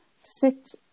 sit